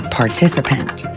participant